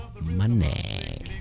money